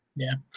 yeah,